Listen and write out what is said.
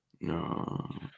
No